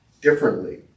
differently